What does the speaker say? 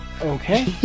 Okay